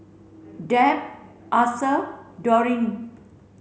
Deb Arthur Dorine